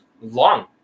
long